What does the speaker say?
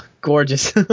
Gorgeous